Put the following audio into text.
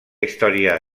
història